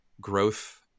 growth